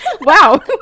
Wow